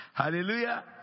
Hallelujah